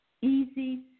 easy